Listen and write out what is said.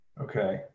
Okay